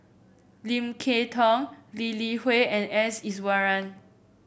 Lim Kay Tong Lee Li Hui and S Iswaran